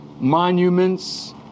Monuments